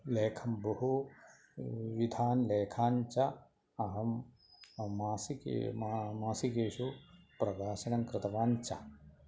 लेखं बहुविधान् लेखान् च अहं मासिके मा मासिकेषु प्रकाशनं कृतवान् च